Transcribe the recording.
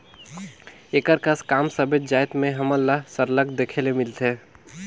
एकर कस काम सबेच जाएत में हमन ल सरलग देखे ले मिलथे